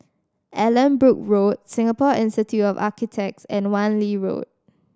Allanbrooke Road Singapore Institute of Architects and Wan Lee Road